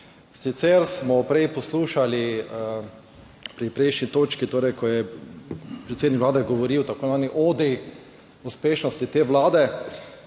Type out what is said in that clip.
Sicer smo prej poslušali pri prejšnji točki, torej, ko je predsednik Vlade govoril o tako imenovani odi uspešnosti te Vlade.